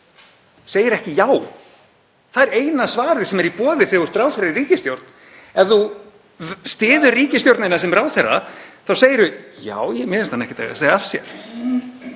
segir ekki já. Það er eina svarið sem er í boði þegar þú ert ráðherra í ríkisstjórn. Ef þú styður ríkisstjórnina sem ráðherra þá segirðu: Já, mér finnst hann ekkert eiga að segja af sér.